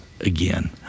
again